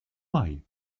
mai